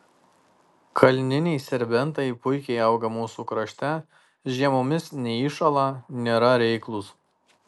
kalniniai serbentai puikiai auga mūsų krašte žiemomis neiššąla nėra reiklūs